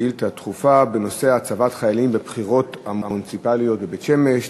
שאילתה דחופה בנושא: הצבעת חיילים בבחירות המוניציפליות בבית-שמש.